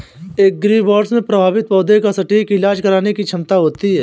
agribots में प्रभावित पौधे का सटीक इलाज करने की क्षमता होती है